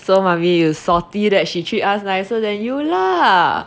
so mummy you salty she treat us nicer than you lah